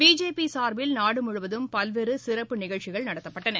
BJP சார்பில் நாடு முழுவதும் பல்வேறு சிறப்பு நிகழ்ச்சிகள் நடத்தப்பட்டன